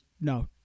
No